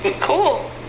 Cool